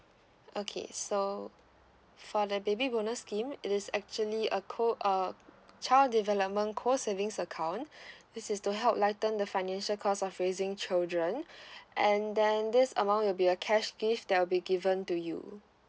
okay so for the baby bonus scheme it is actually a co uh child development co savings account this is to help lighten the financial cost of raising children and then this amount will be a cash gift that'll be given to you